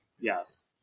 yes